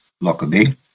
Lockerbie